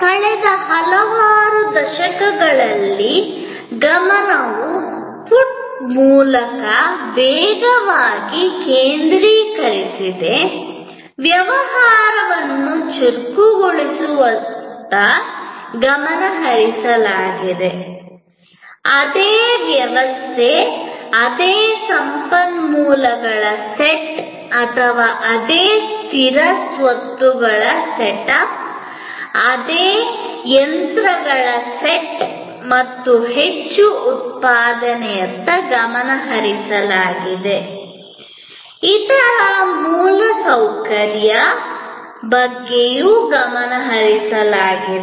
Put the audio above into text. ಕಳೆದ ಹಲವಾರು ದಶಕಗಳಲ್ಲಿ ಗಮನವು ಪುಟ್ ಮೂಲಕ ವೇಗವಾಗಿ ಕೇಂದ್ರೀಕರಿಸಿದೆ ವ್ಯವಹಾರವನ್ನು ಚುರುಕುಗೊಳಿಸುವತ್ತ ಗಮನ ಹರಿಸಲಾಗಿದೆ ಅದೇ ವ್ಯವಸ್ಥೆ ಅದೇ ಸಂಪನ್ಮೂಲಗಳ ಸೆಟ್ ಅಥವಾ ಅದೇ ಸ್ಥಿರ ಸ್ವತ್ತುಗಳ ಸೆಟಪ್ ಅದೇ ಯಂತ್ರಗಳ ಸೆಟ್ ಮತ್ತು ಹೆಚ್ಚು ಉತ್ಪಾದನೆಯತ್ತ ಇತರ ಮೂಲಸೌಕರ್ಯಗಳತ್ತ ಗಮನ ಹರಿಸಲಾಗಿದೆ